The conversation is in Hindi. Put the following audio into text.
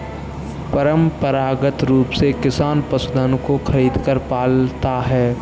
परंपरागत रूप से किसान पशुधन को खरीदकर पालता है